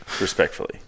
Respectfully